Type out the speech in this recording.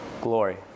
Glory